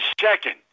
second